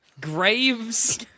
Graves